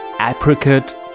Apricot